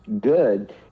good